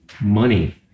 money